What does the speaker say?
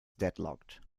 deadlocked